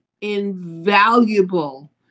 invaluable